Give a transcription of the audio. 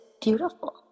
beautiful